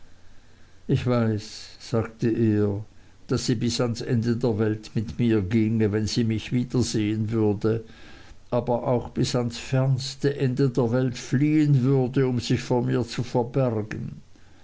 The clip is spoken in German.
ich weiß sagte er daß sie bis ans ende der welt mit mir ginge wenn sie mich wiedersehen würde aber auch bis ans fernste ende der welt fliehen würde um sich vor mir zu verbergen